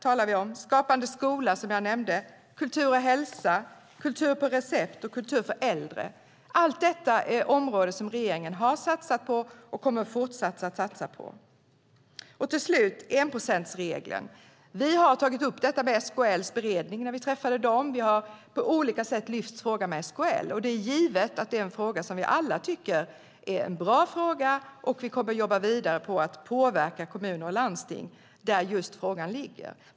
Jag nämnde Skapande skola, Kultur och hälsa, Kultur på recept och Kultur för äldre. Att detta är områden som regeringen har satsat på och fortsatt kommer att satsa på. Till slut vill jag nämna enprocentsregeln. Vi har tagit upp detta med SKL:s beredning när vi träffade den, och vi har på olika sätt lyft fram frågan med SKL. Det är givet att vi alla tycker att det är en bra fråga. Vi kommer att jobba vidare med att påverka kommuner och landsting där frågan ligger.